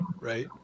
Right